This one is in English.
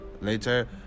Later